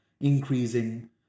increasing